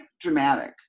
dramatic